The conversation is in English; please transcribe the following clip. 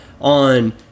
on